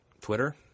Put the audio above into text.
Twitter